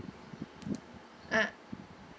ah